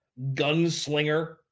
gunslinger